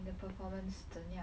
the performance 怎样